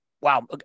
wow